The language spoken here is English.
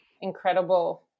incredible